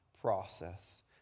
process